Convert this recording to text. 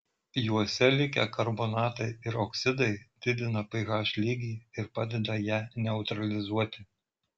juose likę karbonatai ir oksidai didina ph lygį ir padeda ją neutralizuoti